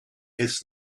its